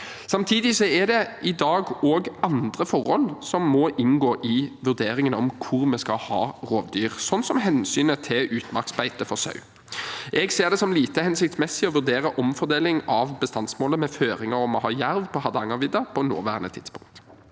Samtidig er det i dag også andre forhold som må inngå i vurderingene om hvor vi skal ha rovdyr, slik som hensynet til utmarksbeite for sau. Jeg ser det som lite hensiktsmessig å vurdere omfordeling av bestandsmålet med føringer om å ha jerv på Hardangervidda på nåværende tidspunkt.